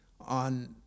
on